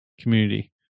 community